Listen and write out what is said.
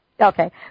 Okay